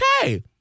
Okay